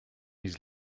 his